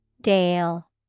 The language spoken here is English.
Dale